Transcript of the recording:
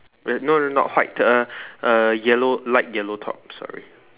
red no no no not white uh uh yellow light yellow top sorry